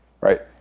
right